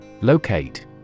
Locate